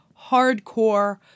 hardcore